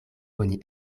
oni